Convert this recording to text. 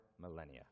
millennia